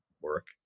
work